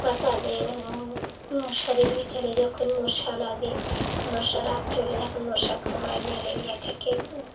বা তাদের মশারির ভিতরে যখন মশা লাগে মশা লাগছে বলে যখন মশা কামড়ায় ম্যালেরিয়া থেকে